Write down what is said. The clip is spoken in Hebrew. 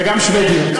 וגם שבדיות.